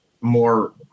more